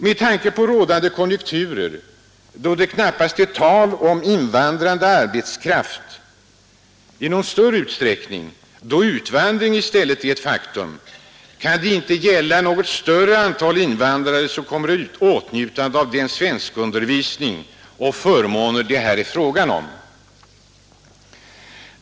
Med tanke på rådande konjunkturer, då det knappast är tal om invandrande arbetskraft i någon större utsträckning utan utvandring i stället är ett faktum, kan det inte gälla något större antal invandrare som kan komma i åtnjutande av den svenskundervisning och de förmåner det här är fråga om.